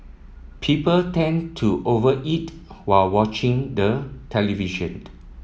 people tend to over eat while watching the television